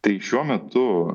tai šiuo metu